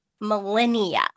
millennia